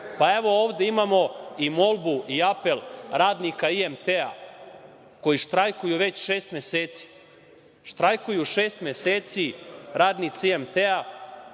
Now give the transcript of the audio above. ovde imamo i molbu i apel radnika IMT-a koji štrajkuju već šest meseci, štrajkuju šest meseci radnici IMT-a,